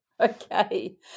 Okay